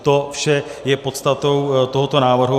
To vše je podstatou tohoto návrhu.